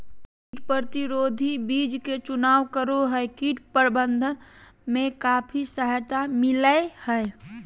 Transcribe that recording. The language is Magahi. कीट प्रतिरोधी बीज के चुनाव करो हइ, कीट प्रबंधन में काफी सहायता मिलैय हइ